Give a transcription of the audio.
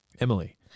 Emily